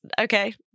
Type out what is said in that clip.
okay